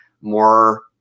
more